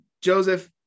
Joseph